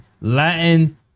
Latin